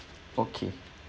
okay